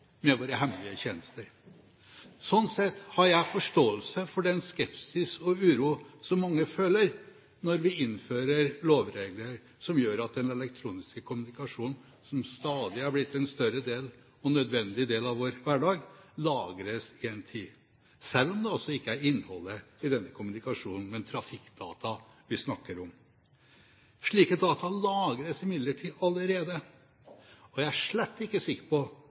med våre hemmelige tjenester. Sånn sett har jeg forståelse for den skepsis og uro som mange føler når vi innfører lovregler som gjør at den elektroniske kommunikasjonen, som stadig har blitt en større og nødvendig del av vår hverdag, lagres en tid, selv om det altså ikke er innholdet i denne kommunikasjonen, men trafikkdata vi snakker om. Slike data lagres imidlertid allerede. Jeg er slett ikke sikker på